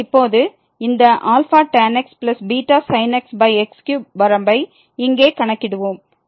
எனவே இப்போது இந்த tan x βsin x x3 வரம்பை இங்கே கணக்கிடுவோம்